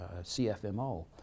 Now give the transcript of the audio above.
CFMO